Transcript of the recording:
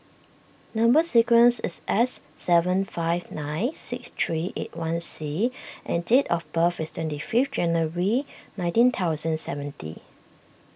Number Sequence is S seven five nine six three eight one C and date of birth is twenty fifth January nineteen thousand seventy